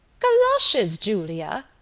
goloshes, julia!